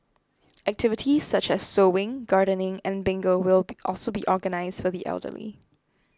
activities such as sewing gardening and bingo will be also be organised for the elderly